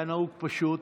היה נהוג, פשוט,